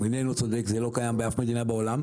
הוא איננו צודק, זה לא קיים באף מדינה בעולם.